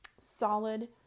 solid